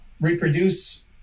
reproduce